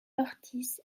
ortiz